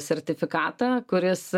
sertifikatą kuris